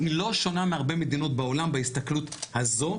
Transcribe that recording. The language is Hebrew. היא לא שונה מהרבה מדינות בעולם בהסתכלות הזו,